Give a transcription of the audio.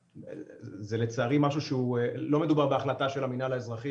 זה לצערי משהו שלא מדובר בהחלטה של המנהל האזרחי,